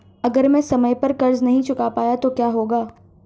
अगर मैं समय पर कर्ज़ नहीं चुका पाया तो क्या होगा?